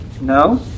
No